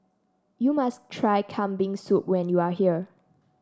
you must try Kambing Soup when you are here